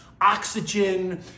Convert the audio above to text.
oxygen